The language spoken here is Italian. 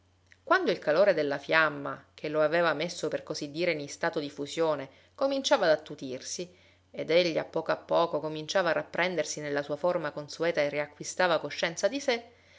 quando il calore della fiamma che lo aveva messo per così dire in istato di fusione cominciava ad attutirsi ed egli a poco a poco cominciava a rapprendersi nella sua forma consueta e riacquistava coscienza di sé